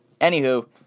anywho